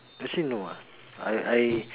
actually no lah I I